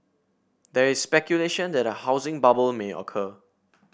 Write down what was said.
there is speculation that a housing bubble may occur